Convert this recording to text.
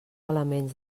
elements